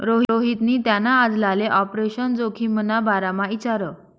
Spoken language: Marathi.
रोहितनी त्याना आजलाले आपरेशन जोखिमना बारामा इचारं